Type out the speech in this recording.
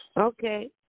Okay